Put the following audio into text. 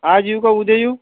आज येऊ का उद्या येऊ